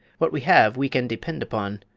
what we have we can depend upon,